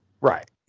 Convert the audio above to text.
Right